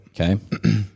Okay